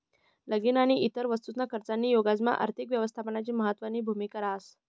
लगीन आणि इतर वस्तूसना खर्चनी योजनामा आर्थिक यवस्थापननी महत्वनी भूमिका रहास